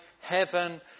heaven